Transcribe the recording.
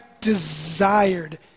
desired